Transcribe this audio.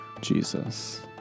Jesus